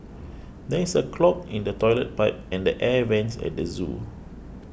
there is a clog in the Toilet Pipe and the Air Vents at the zoo